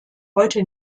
heute